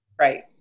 Right